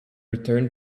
return